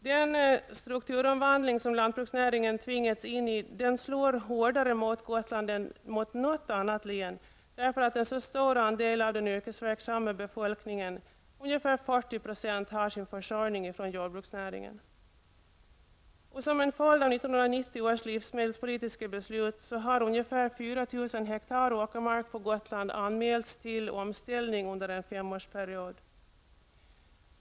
Den strukturomvandling som lantbruksnäringen tvingats in i slår hårdare mot Gotland än något annat län, därför att en så stor andel av den yrkesverksamma befolkningen, ca 40 %, har sin försörjning från jordbruksnäringen. Som en följd av 1990 års livsmedelspolitiska beslut har ca 4 000 hektar åkermark på Gotland anmälts till omställning under en femårsperiod.